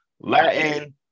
Latin